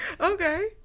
Okay